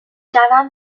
جوم